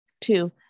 Two